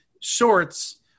shorts